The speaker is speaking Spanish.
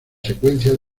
secuencia